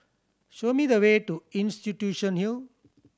show me the way to Institution Hill